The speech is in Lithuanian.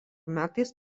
metais